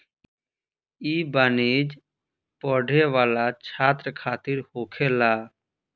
ई वाणिज्य पढ़े वाला छात्र खातिर होखेला